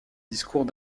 discours